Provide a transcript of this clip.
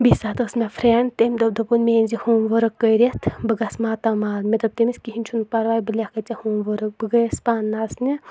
بیٚیہِ سات ٲس مےٚ فرینڈ تٔمۍ دوٚپ دوٚپُن مےٚ أنۍزِ ہوم ؤرک کٔرِتھ بہٕ گَس ماتامال مےٚ دوٚپ تٔمِس کِہِنۍ چھُ نہٕ پرواے بہٕ لیکھَے ژےٚ ہوم ؤرک بہٕ گٔیَس پانہٕ نژنہِ